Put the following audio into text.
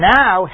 now